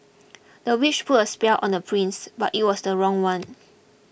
the witch put a spell on the prince but it was the wrong one